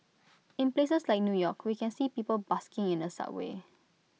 in places like new york we can see people busking in the subways